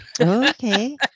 Okay